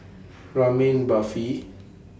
Ramen Barfi